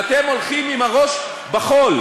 ואתם הולכים עם הראש בחול.